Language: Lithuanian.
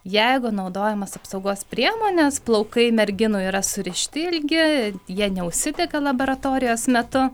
jeigu naudojamos apsaugos priemonės plaukai merginų yra surišti ilgi jie neužsidega laboratorijos metu